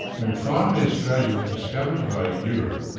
when finally australia was discovered by europe,